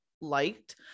liked